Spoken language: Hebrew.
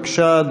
בבקשה,